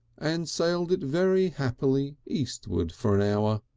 and sailed it very happily eastward for an hour.